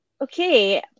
Okay